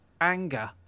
Anger